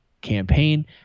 campaign